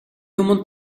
юманд